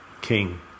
king